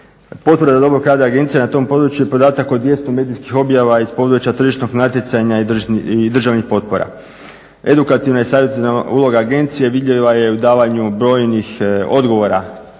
Potvrda dobrog rada agencije na tom području je podatak od 200 medijskih objava iz područja tržišnog natjecanja i državnih potpora. Edukativna i savjetodavna uloga agencije vidljiva je u davanju brojnih odgovora